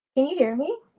you hear me?